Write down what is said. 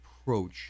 approach